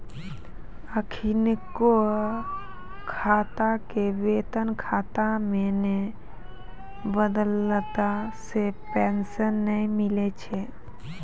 अखिनका खाता के वेतन खाता मे नै बदलला से पेंशन नै मिलै छै